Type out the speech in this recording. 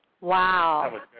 Wow